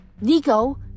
Nico